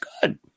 good